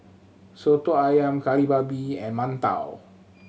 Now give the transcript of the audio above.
Soto Ayam Kari Babi and mantou